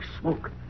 smoke